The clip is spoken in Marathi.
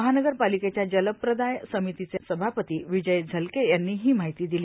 महानगर पालिकेच्या जलप्रदाय समितीचे सभापती विजय झलके यांनी ही माहिती दिली